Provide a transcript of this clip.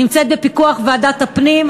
נמצאת בפיקוח ועדת הפנים.